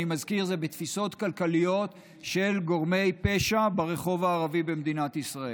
אני מזכיר: זה תפיסות כלכליות של גורמי פשע ברחוב הערבי במדינת ישראל.